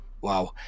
wow